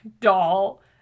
doll